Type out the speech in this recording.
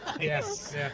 Yes